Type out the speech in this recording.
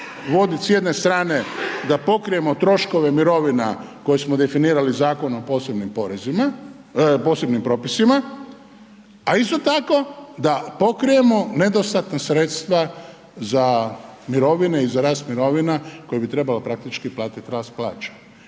voditi s jedne strane da pokrijemo troškove mirovina koje smo definirali Zakonom o posebnim propisima, a isto tako da pokrijemo nedostatna sredstva za mirovine i za rast mirovina koje bi trebalo praktički pratiti rast plaća.